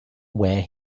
where